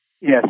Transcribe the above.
Yes